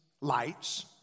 lights